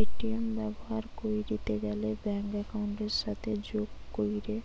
ATM ব্যবহার কইরিতে গ্যালে ব্যাঙ্ক একাউন্টের সাথে যোগ কইরে